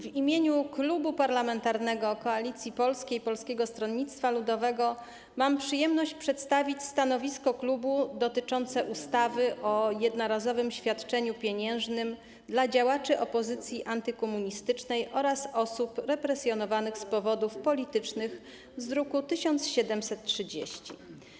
W imieniu klubu parlamentarnego Koalicji Polskiej i Polskiego Stronnictwa Ludowego mam przyjemność przedstawić stanowisko klubu dotyczące ustawy o jednorazowym świadczeniu pieniężnym dla działaczy opozycji antykomunistycznej oraz osób represjonowanych z powodów politycznych z druku nr 1730.